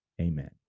Amen